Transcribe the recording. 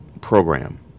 program